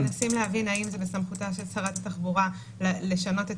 מנסים להבין האם זה בסמכותה של שרת התחבורה לשנות את